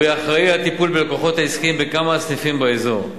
והוא יהיה אחראי לטיפול בלקוחות העסקיים בכמה סניפים באזור.